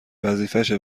وظیفشه